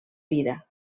vida